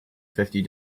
fifty